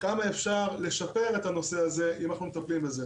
וכמה אפשר לשפר את הנושא הזה אם אנחנו מטפלים בזה.